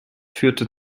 führte